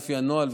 לפי הנוהל,